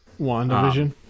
WandaVision